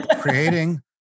creating